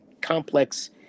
complex